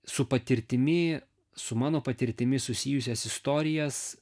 su patirtimi su mano patirtimi susijusias istorijas